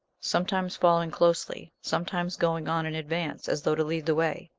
sometimes following closely, sometimes going on in advance as though to lead the way.